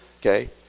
Okay